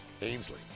Ainsley